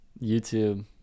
youtube